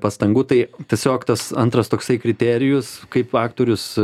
pastangų tai tiesiog tas antras toksai kriterijus kaip faktorius